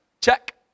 Check